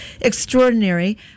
extraordinary